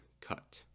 cut